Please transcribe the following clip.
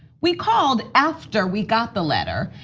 we called after we got the letter,